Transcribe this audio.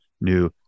new